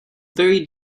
very